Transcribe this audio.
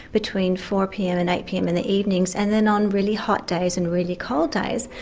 between four pm and eight pm in the evenings, and then on really hot days and really cold days,